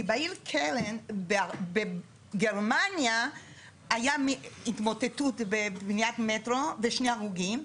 כי בעיר קלן בגרמניה היה התמוטטות בבניית מטרו ושני הרוגים,